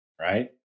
Right